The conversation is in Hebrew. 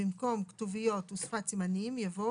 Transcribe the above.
במקום "(כתוביות ושפת סימנים)" יבוא